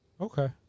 Okay